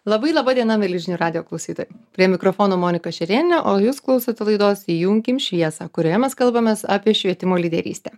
labai laba diena mieli žinių radijo klausytojai prie mikrofono monika šerėnienė o jūs klausote laidos įjunkim šviesą kurioje mes kalbamės apie švietimo lyderystę